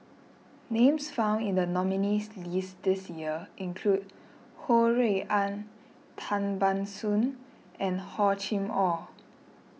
names found in the nominees' list this year include Ho Rui An Tan Ban Soon and Hor Chim or